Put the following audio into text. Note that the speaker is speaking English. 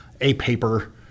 A-paper